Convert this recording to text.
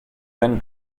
then